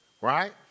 Right